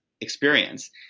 experience